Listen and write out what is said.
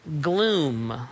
gloom